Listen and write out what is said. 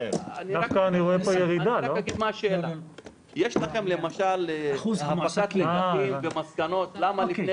-- -יש לכם למשל בהפקת לקחים ומסקנות למה לפני